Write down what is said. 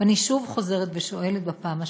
ואני שוב חוזרת ושואלת בפעם השנייה: